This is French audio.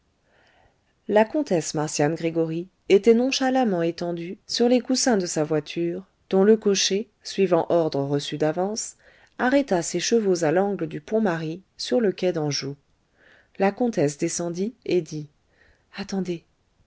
la comtesse marcian gregoryi était nonchalamment étendue sur les coussins de sa voiture dont le cocher suivant ordre reçu d'avance arrêta ses chevaux à l'angle du pont marie sur le quai d'anjou la comtesse descendit et dit attendez